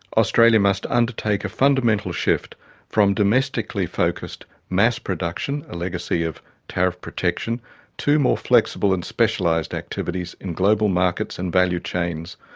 australia must undertake a fundamental shift from domestically focused mass production a legacy of tariff protection to more flexible and specialised activities in global markets and value chains.